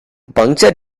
puncture